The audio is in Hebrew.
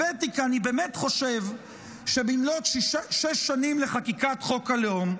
הבאתי כי אני באמת חושב שמלאת שש שנים לחקיקת חוק הלאום,